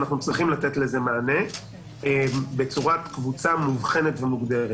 ואנחנו צריכים לתת לזה מענה בצורת קבוצה מאובחנת ומוגדרת.